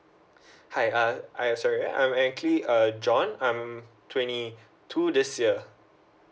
hi uh I'm sorry I'm actually uh john I'm twenty two this year